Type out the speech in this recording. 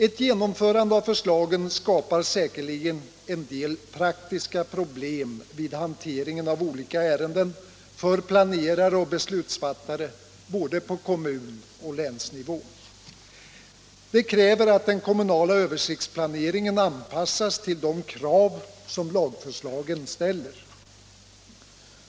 Ett genomförande av förslagen skapar säkerligen en del praktiska problem vid hanteringen av olika ärenden för planerare och beslutsfattare både på kommunoch länsnivå. Det kräver att den kommunala översiktsplaneringen anpassas till de krav som lagförslagen ställer.